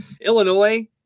Illinois